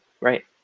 right